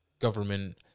government